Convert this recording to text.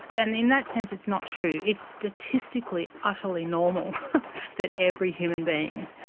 and in that sense, it's not true. it's statistically utterly normal that every human being,